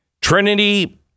Trinity